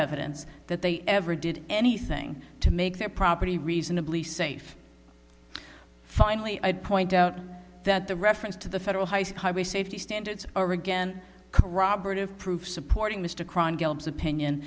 evidence that they ever did anything to make their property reasonably safe finally i'd point out that the reference to the federal highway safety standards are again corroborative proof supporting m